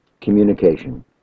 communication